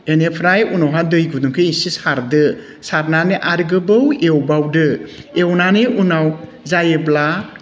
बेनिफ्राय उनावहाय दै गुदुंखो एसे सारदो सारनानै आरो गोबाल एवबावदो एवनानै उनाव जायोब्ला